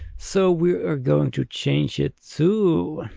so we are going to change it to